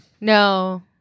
No